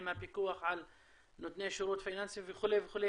עם הפיקוח על נותני שירות פיננסי וכו' וכו',